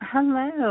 Hello